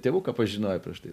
tėvuką pažinojo prieš tai